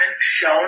shown